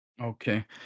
Okay